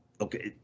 Okay